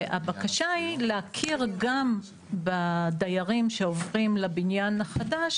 והבקשה היא להכיר גם בדיירים שעוברים לבניין החדש,